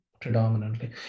predominantly